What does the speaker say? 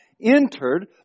entered